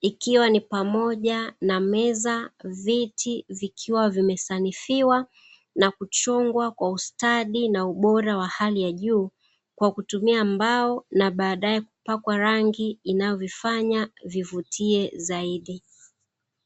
ikiwa ni pamoja na meza, viti vikiwa vimesanifiwa na kuchongwa kwa ustadi na ubora wa hali ya juu kwa kutumia mbao na baadae kupakwa rangi inayovifanya vivutie zaidi.